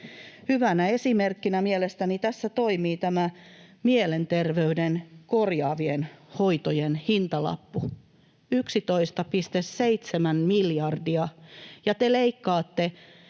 Hyvänä esimerkkinä mielestäni tässä toimii mielenterveyden korjaavien hoitojen hintalappu: 11,7 miljardia. Ja te leikkaatte